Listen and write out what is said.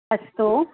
अस्तु